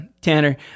Tanner